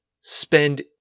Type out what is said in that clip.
spend